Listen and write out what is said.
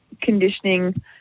conditioning